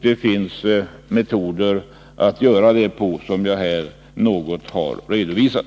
Det finns, som jag här något har redovisat, metoder för att göra det.